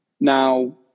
Now